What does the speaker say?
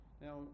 Now